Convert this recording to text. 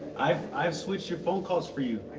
i switched your phone calls for you,